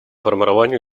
формированию